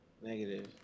Negative